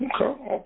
Okay